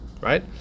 right